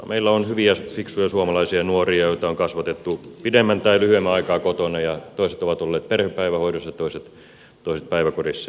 meillä on hyviä fiksuja suomalaisia nuoria joita on kasvatettu pidemmän tai lyhyemmän aikaa kotona ja toiset ovat olleet perhepäivähoidossa ja toiset päiväkodissa ja näin